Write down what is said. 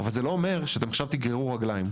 אבל זה לא אומר שעכשיו אתם תגררו רגליים.